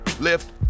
Lift